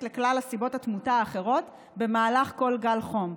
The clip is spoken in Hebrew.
לכלל סיבות התמותה האחרות במהלך כל גל חום.